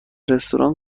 رستوران